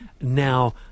now